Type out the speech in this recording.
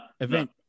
event